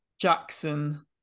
Jackson